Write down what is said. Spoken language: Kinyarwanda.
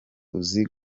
uzi